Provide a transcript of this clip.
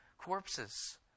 corpses